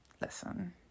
listen